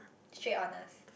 straight honest